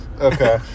Okay